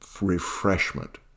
refreshment